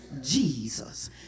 Jesus